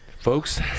Folks